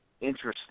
interesting